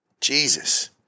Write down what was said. Jesus